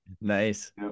Nice